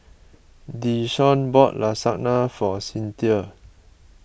Desean bought Lasagna for Cinthia